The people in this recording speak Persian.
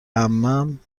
عمم